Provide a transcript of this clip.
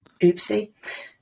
Oopsie